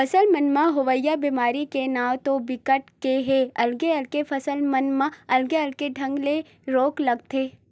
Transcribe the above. फसल मन म होवइया बेमारी के नांव तो बिकट के हे अलगे अलगे फसल मन म अलगे अलगे ढंग के रोग लगथे